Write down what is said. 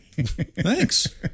thanks